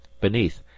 Beneath